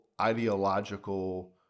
ideological